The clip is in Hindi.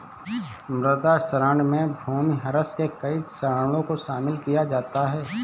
मृदा क्षरण में भूमिह्रास के कई चरणों को शामिल किया जाता है